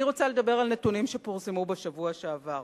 אני רוצה לדבר על נתוני ה-OECD שפורסמו בשבוע שעבר.